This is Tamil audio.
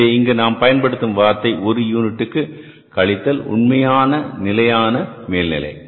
எனவே இங்கு நாம் பயன்படுத்தும் வார்த்தை ஒரு யூனிட்டுக்கு கழித்தல் உண்மையான நிலையான மேல்நிலை